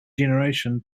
generation